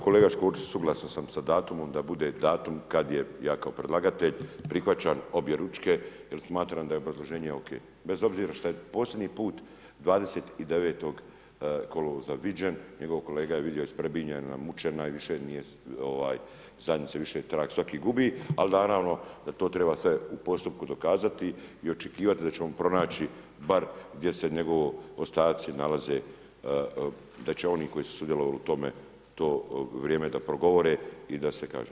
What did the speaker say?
Kolega Škorić, suglasan sam sa datum da bude datum kad je, ja kao predlagatelj, prihvaćam objeručke jer smatram da je obrazloženje ok, bez obzira šta je posljednji put 29. kolovoza viđen, njegov kolega ga je vidio isprebijanoga, mučena i za njega se više trag svaki gubi ali naravno da to treba sve u postupku dokazati i očekivati da ćemo pronaći bar gdje se njegovi ostaci nalaze, da će oni koji su sudjelovali u tome to vrijeme da progovore i da se kaže.